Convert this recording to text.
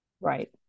right